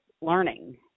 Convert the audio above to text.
learning